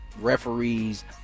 referees